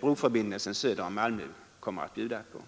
broförbindelsen söder om Malmö kommer att bjuda på.